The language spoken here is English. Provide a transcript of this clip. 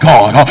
God